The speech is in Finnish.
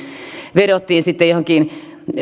vedottiin sitten johonkin